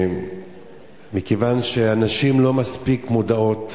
מכיוון שהנשים לא מספיק מודעות